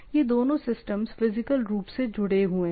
यह दोनों systems physical रूप से जुड़े हुए है